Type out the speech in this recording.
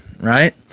right